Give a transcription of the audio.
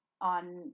On